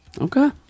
Okay